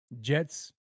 Jets